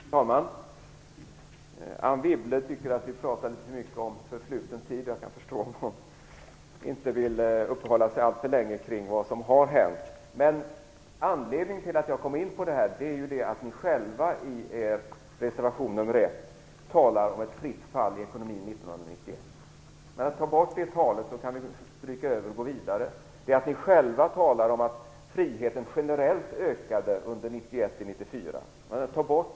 Fru talman! Anne Wibble tycker att vi pratar för mycket om förfluten tid. Jag kan förstå om hon inte vill uppehålla sig alltför länge kring vad som har hänt. Anledningen till att jag kom in på det här är att ni själva i er reservation nr 1 talar om ett fritt fall i ekonomin 1991. Genom att ni tar bort det talet kan vi stryka över och gå vidare. Ni talar själva också om att friheten generellt ökade 1991-1994.